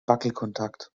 wackelkontakt